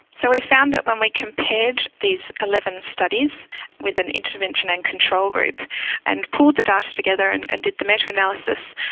so we found that when we compared these eleven studies with an intervention and control group and pulled the data together and and did the meta-analysis,